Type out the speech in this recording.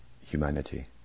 humanity